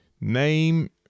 name